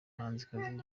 umuhanzikazi